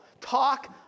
talk